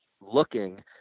looking